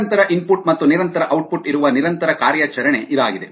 ನಿರಂತರ ಇನ್ಪುಟ್ ಮತ್ತು ನಿರಂತರ ಔಟ್ಪುಟ್ ಇರುವ ನಿರಂತರ ಕಾರ್ಯಾಚರಣೆ ಇದಾಗಿದೆ